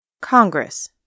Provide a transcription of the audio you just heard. Congress